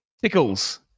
Tickles